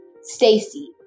Stacy